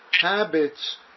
habits